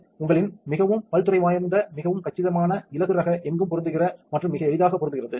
இப்போது உங்களின் மிகவும் பல்துறை வாய்ந்த மிகவும் கச்சிதமான இலகுரக எங்கும் பொருந்துகிறது மற்றும் மிக எளிதாக பொருந்துகிறது